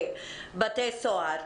בבתי הסוהר.